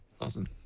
Awesome